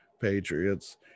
patriots